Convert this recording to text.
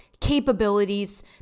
capabilities